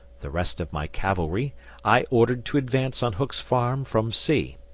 the rest of my cavalry i ordered to advance on hook's farm from c.